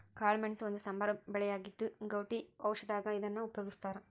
ಕಾಳಮೆಣಸ ಒಂದು ಸಾಂಬಾರ ಬೆಳೆಯಾಗಿದ್ದು, ಗೌಟಿ ಔಷಧದಾಗ ಇದನ್ನ ಉಪಯೋಗಸ್ತಾರ